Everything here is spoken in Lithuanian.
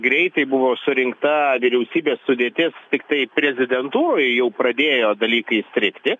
greitai buvo surinkta vyriausybės sudėtis tiktai prezidentūroj jau pradėjo dalykai strigti